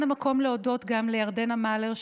כאן המקום להודות גם לירדנה מלר,